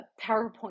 PowerPoint